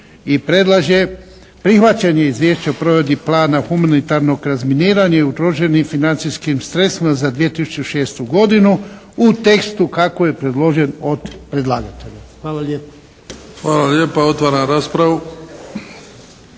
i predlaže prihvaćanje Izvješća o provedbi plana humanitarnog razminiranja i utrošenim financijskim za 2006. godinu u tekstu kako je predložen od predlagatelja. Hvala lijepa. **Bebić, Luka (HDZ)**